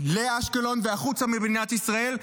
לאשקלון והחוצה ממדינת ישראל,